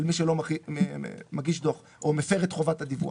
מי שלא מגיש דוח או מפר את חובת הדיווח.